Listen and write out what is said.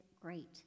great